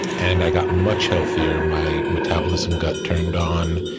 and i got much healthier, my metabolism got turned on,